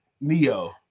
Neo